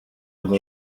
ngo